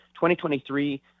2023